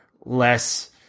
less